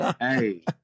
hey